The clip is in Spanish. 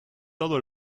todo